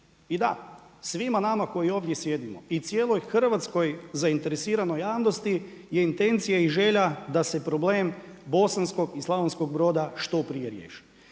I da, svima nama koji ovdje sjedimo i cijeloj Hrvatskoj zainteresiranoj javnosti je intencija i želja da se problem Bosanskog i Slavonskog Broda što prije riješi.